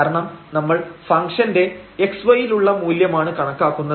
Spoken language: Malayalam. കാരണം നമ്മൾ ഫംഗ്ഷന്റെ x y യിലുള്ള മൂല്യമാണ് കണക്കാക്കുന്നത്